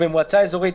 ובמועצה אזורית,